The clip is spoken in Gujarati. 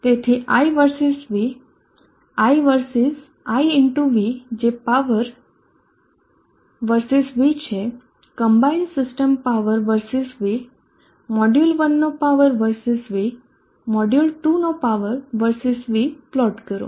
તેથી i versus v i versus i x v જે પાવર versus v છે combined system power versus v module one power versus v module two power versus v plot કરો